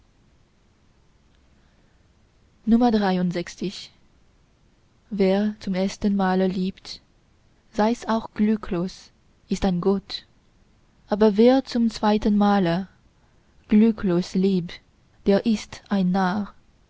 wer zum ersten male liebt seis auch glücklos ist ein gott aber wer zum zweiten male glücklos liebt der ist ein narr